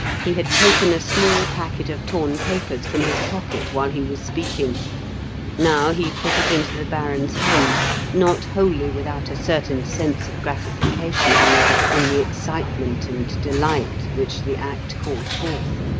he had taken a small packet of torn papers from his pocket while he was speaking now he put it into the baron's hand not wholly without a certain sense of gratification, however, in the excitement and delight which the act called forth